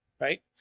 Right